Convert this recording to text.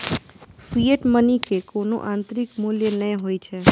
fiat money के कोनो आंतरिक मूल्य नै होइ छै